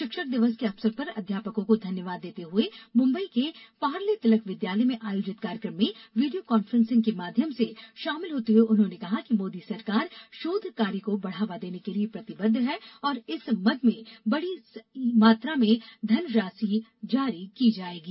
शिक्षक दिवस के अवसर पर अध्यापकों को धन्यवाद देते हुए मुम्बई के पार्ले तिलक विद्यालय में आयोजित कार्यक्रम में वीडियो कांफ्रेंस के माध्य्म से शामिल होते हुए उन्होंने कहा कि मोदी सरकार शोध कार्य को बढावा देने के लिए प्रतिबद्ध है और इस मद में बडी मात्रा में धनराशि जारी की जायेगी